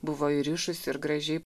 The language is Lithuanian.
buvo įrišus ir gražiai